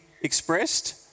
expressed